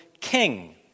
king